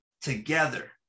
together